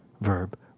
verb